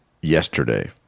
yesterday